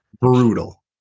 Brutal